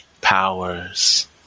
powers